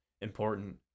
important